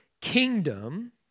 kingdom